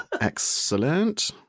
Excellent